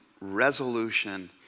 resolution